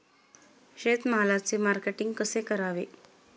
शेतमालाचे मार्केटिंग कसे करावे?